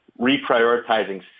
reprioritizing